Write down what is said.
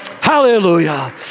hallelujah